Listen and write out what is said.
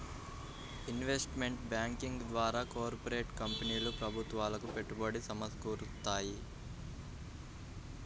investment banking ద్వారా corporate కంపెనీలు ప్రభుత్వాలకు పెట్టుబడి సమకూరుత్తాయి